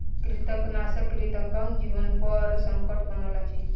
कृंतकनाशक कृंतकक जीवनपर संकट बनल अछि